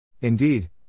Indeed